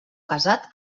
casat